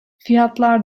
fiyatlar